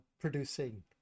producing